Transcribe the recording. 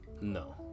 No